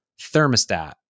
thermostat